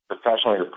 professionally